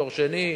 דור שני,